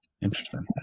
Interesting